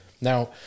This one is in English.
now